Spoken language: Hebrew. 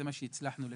זה מה שהצלחנו לקבל,